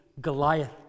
Goliath